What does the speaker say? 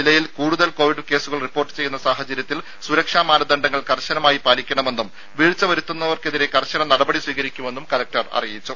ജില്ലയിൽ കൂടുതൽ കൊവിഡ് കേസുകൾ റിപ്പോർട്ട് ചെയ്യുന്ന സാഹചര്യത്തിൽ സുരക്ഷാ മാനദണ്ഡങ്ങൾ കർശനമായി പാലിക്കണമെന്നും വീഴ്ച വരുത്തുന്നവർക്കെതിരെ കർശന നടപടി സ്വീകരിക്കുമെന്നും കലക്ടർ അറിയിച്ചു